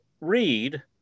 read